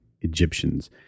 Egyptians